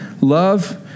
love